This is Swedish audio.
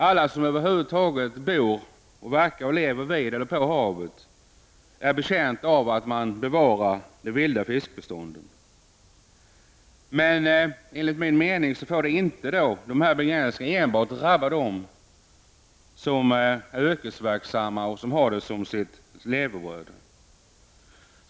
Alla som lever vid havet och verkar på havet är betjänta av att man bevarar beståndet av vild fisk. Enligt min mening får begränsningen inte enbart drabba dem som är yrkesverksamma och som har fisket som sitt levebröd.